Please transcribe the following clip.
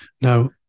Now